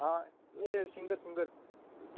हां एह् singer singer